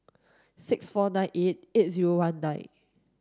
six four nine eight eight zero one nine